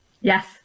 Yes